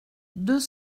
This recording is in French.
deux